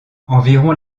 environ